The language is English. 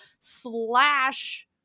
slash